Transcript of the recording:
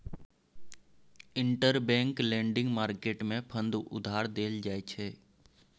interbank lending market मे fund उधार देल जाइ छै